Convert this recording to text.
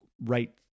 right